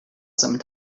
some